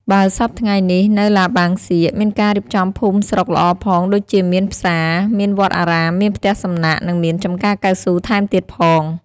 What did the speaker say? បើសព្វថ្ងៃនេះ នៅឡាបាងសៀក មានការរៀបចំភូមិស្រុកល្អផងដូចជាមានផ្សារ មានវត្តអារាម មានផ្ទះសំណាក់ និងមានចម្ការកៅស៊ូរថែមទៀតផង។